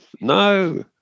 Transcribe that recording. No